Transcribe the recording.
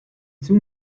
two